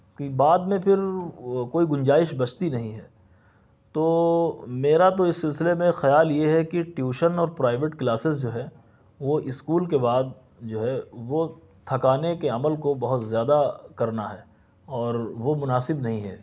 کہ بعد میں پھر وہ کوئی گنجائش بچتی نہیں ہے تو میرا تو اِس سِلسلے میں خیال یہ ہے کہ ٹیوشن اور پرائیوٹ کلاسز جو ہے وہ اسکول کے بعد جو ہے وہ تھکانے کے عمل کو بہت زیادہ کرنا ہے اور وہ مناسب نہیں ہے